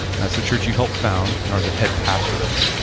and that's the church you help found and are the head pastor of.